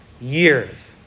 years